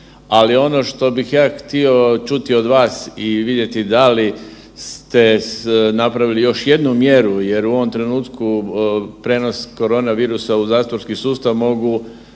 Ali ono što bih ja htio čuti od vas i vidjeti da li ste napravili još jednu mjeru jer u ovom trenutku prijenos korona virusa u zatvorski sustav mogu